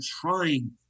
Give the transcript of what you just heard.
trying